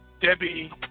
Debbie